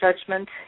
judgment